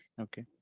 Okay